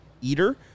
Eater